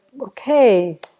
okay